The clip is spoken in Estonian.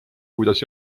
kuidas